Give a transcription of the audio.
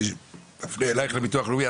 אני אפנה אליך לביטוח הלאומי,